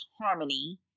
harmony